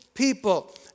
people